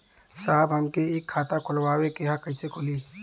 साहब हमके एक खाता खोलवावे के ह कईसे खुली?